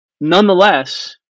Nonetheless